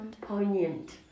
Poignant